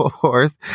fourth